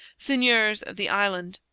seigneurs of the island.